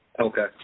Okay